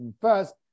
first